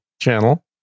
channel